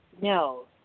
No